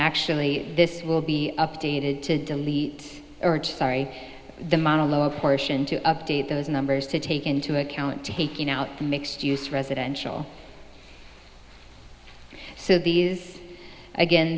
actually this will be updated to delete sorry the monologue portion to update those numbers to take into account taking out the mixed use residential so these again